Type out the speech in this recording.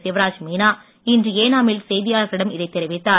சிவராஜ் மீனா இன்று ஏனா மில் செய்தியாளர்களிடம் இதைத் தெரிவித்தார்